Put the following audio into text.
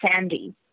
sandy